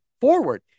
forward